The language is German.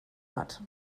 hat